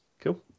Cool